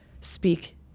speak